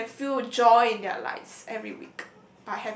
they can fill joy in their lives every week